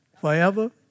Forever